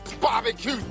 barbecue